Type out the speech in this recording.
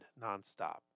nonstop